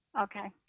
Okay